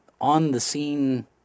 on-the-scene